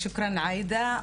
שוקרן עאידה,